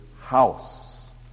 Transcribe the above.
house